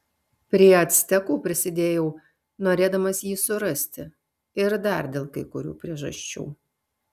prie actekų prisidėjau norėdamas jį surasti ir dar dėl kai kurių priežasčių